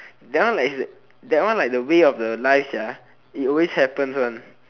that one like is that one like the way of life it always happens one